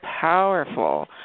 powerful